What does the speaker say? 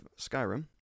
Skyrim